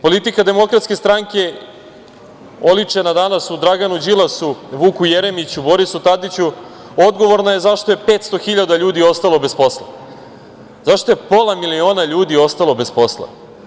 Politika Demokratske stranke, oličena danas u Draganu Đilasu, Vuku Jeremiću, Borisu Tadiću, odgovorna je zašto je 500 hiljada ljudi ostalo bez posla, zašto je pola miliona ljudi ostalo bez posla.